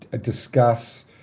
discuss